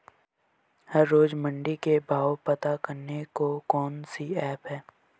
हर रोज़ मंडी के भाव पता करने को कौन सी ऐप है?